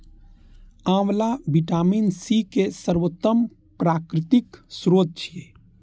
आंवला vitamin C के सर्वोत्तम प्राकृतिक स्रोत छियै